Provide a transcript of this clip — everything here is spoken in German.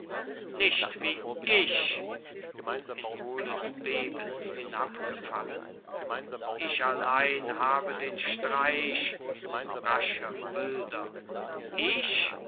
nicht wie ich in hohles beben hinabgefallen ich allein habe den streich rascher wilder ich